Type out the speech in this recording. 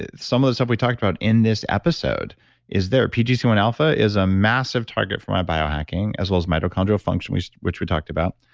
ah some of the stuff we talked about in this episode is there. pgc one alpha is a massive target for my biohacking as well as mitochondrial function, which which we talked about.